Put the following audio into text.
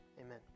amen